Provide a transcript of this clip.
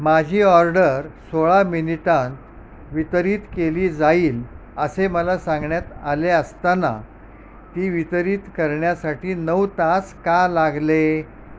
माझी ऑर्डर सोळा मिनिटात वितरित केली जाईल असे मला सांगण्यात आले असताना ती वितरित करण्यासाठी नऊ तास का लागले